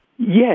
Yes